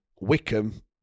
Wickham